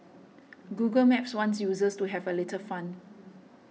Google Maps wants users to have a little fun